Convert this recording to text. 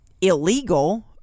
illegal